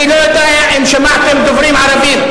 אני לא יודע אם שמעתם דוברים ערבים.